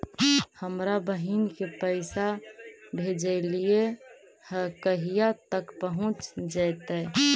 हमरा बहिन के पैसा भेजेलियै है कहिया तक पहुँच जैतै?